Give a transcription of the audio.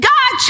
God